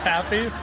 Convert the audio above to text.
Happy